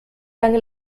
lange